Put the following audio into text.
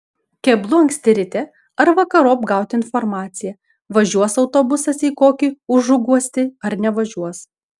keblu anksti ryte ar vakarop gauti informaciją važiuos autobusas į kokį užuguostį ar nevažiuos